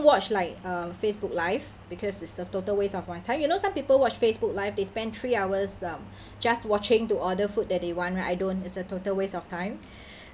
watch like um facebook live because it's a total waste of my time you know some people watch facebook live they spend three hours um just watching to order food that they want right I don't it's a total waste of time